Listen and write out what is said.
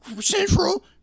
Central